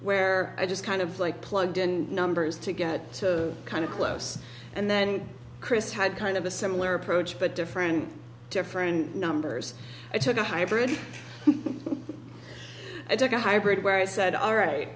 where i just kind of like plugged in numbers to get to kind of close and then chris had kind of a similar approach but different different numbers i took a hybrid i took a hybrid where i said all right